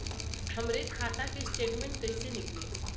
हमरे खाता के स्टेटमेंट कइसे निकली?